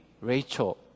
Rachel